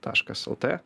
taškas lt